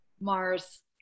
Mars